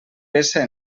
peça